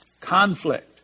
conflict